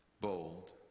bold